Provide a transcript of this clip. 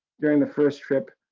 during the first trip.